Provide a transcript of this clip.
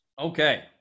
Okay